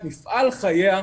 את מפעל חייה,